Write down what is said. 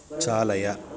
चालय